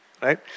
right